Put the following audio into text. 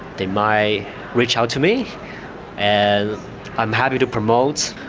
they might reach out to me and i'm happy to promote.